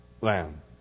Lamb